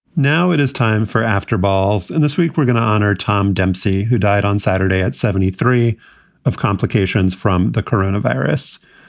now it is time for after balls, and this week we're going to honor tom dempsey, who died on saturday at seventy three of complications from the coronavirus.